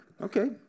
okay